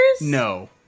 No